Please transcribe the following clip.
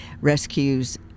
rescues